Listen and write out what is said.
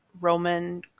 Roman